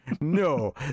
no